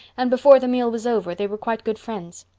and before the meal was over they were quite good friends.